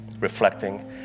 reflecting